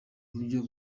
buryo